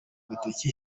agatoki